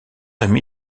ami